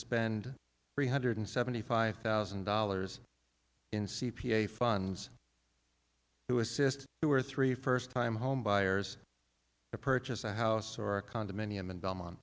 spend three hundred seventy five thousand dollars in c p a funds to assist two or three first time home buyers to purchase a house or a condominium in belmont